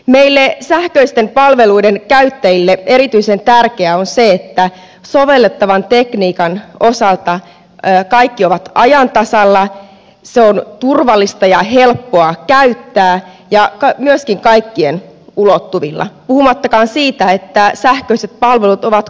meille sähköisten palveluiden käyttäjille erityisen tärkeää on se että sovellettavan tekniikan osalta kaikki on ajan tasalla se on turvallista ja helppoa käyttää ja myöskin kaikkien ulottuvilla puhumattakaan siitä että sähköiset palvelut ovat kohtuuhintaisia